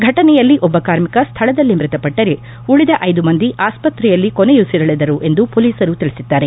ಘಟನೆಯಲ್ಲಿ ಒಬ್ಬ ಕಾರ್ಮಿಕ ಸ್ಥಳದಲ್ಲೇ ಮೃತಪಟ್ಟರೆ ಉಳಿದ ಐದು ಮಂದಿ ಆಸ್ಪತ್ರೆಯಲ್ಲಿ ಕೊನೆಯುಸಿರೆಳೆದರು ಎಂದು ಪೊಲೀಸರು ತಿಳಿಸಿದ್ದಾರೆ